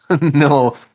no